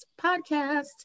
podcast